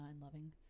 loving